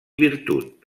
virtut